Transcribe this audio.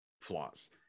flaws